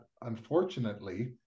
unfortunately